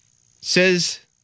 says